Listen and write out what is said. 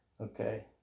Okay